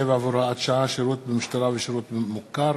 והוראת שעה) (שירות במשטרה ושירות מוכר)